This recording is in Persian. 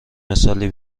مثالی